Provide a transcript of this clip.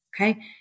okay